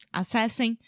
acessem